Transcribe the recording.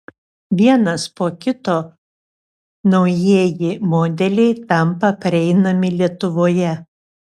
vienas po kito naujieji modeliai tampa prieinami lietuvoje